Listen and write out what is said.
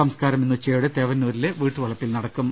സംസ്കാരം ഇന്ന് ഉച്ചയോടെ തേവന്നൂരിലെ വീട്ടുവളപ്പിൽ നടക്കും